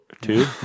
Two